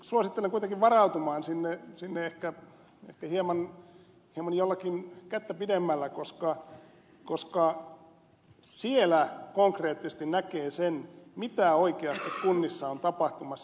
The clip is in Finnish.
suosittelen kuitenkin varautumaan sinne ehkä hieman jollakin kättä pidemmällä koska siellä konkreettisesti näkee sen mitä oikeasti kunnissa on tapahtumassa